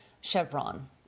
chevron